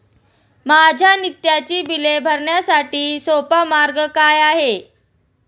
माझी नित्याची बिले भरण्यासाठी सोपा मार्ग काय आहे?